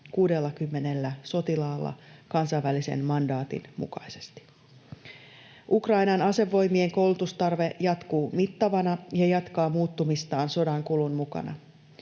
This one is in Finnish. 60 sotilaalla kansainvälisen mandaatin mukaisesti. Ukrainan asevoimien koulutustarve jatkuu mittavana ja jatkaa muuttumistaan sodan kulun mukana.